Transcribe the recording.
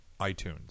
iTunes